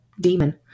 demon